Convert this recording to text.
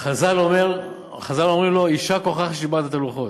חז"ל אומרים לו: יישר כוחך ששיברת את הלוחות.